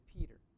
Peter